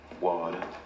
Water